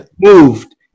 moved